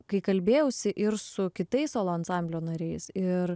kai kalbėjausi ir su kitais solo ansamblio nariais ir